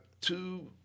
two